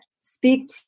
speak